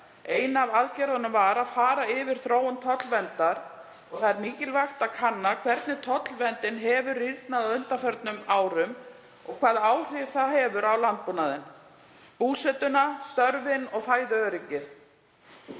Ein af aðgerðunum var að fara yfir þróun tollverndar. Það er mikilvægt að kanna hvernig tollverndin hefur rýrnað á undanförnum árum og hvaða áhrif það hefur á landbúnaðinn, búsetuna, störfin og fæðuöryggið.